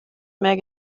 mehr